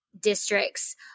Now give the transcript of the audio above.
districts